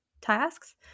tasks